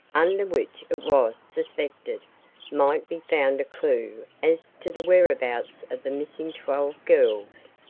under which it was suspected might be found a clew as to the whereabouts of the missing twelve girls.